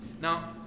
Now